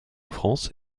france